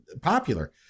popular